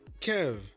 Kev